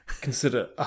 consider